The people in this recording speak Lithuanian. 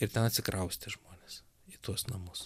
ir ten atsikraustė žmonės į tuos namus